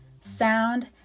sound